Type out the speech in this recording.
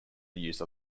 use